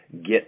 get